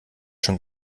schon